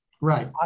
Right